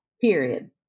Period